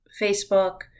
Facebook